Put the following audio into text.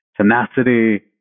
tenacity